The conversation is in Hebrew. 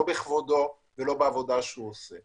לא בכבודו ולא בעבודה שהוא עושה.